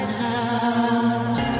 now